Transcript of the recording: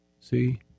See